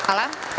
Hvala.